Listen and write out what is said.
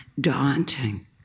daunting